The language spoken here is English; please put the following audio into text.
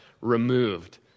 removed